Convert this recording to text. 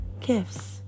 Gifts